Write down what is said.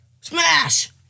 Smash